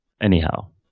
Anyhow